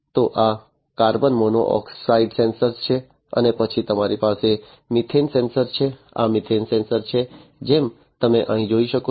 તો આ carbon monoxide sensor છે અને પછી તમારી પાસે મિથેન સેન્સર છે આ મિથેન સેન્સર છે જેમ તમે અહીં જોઈ શકો છો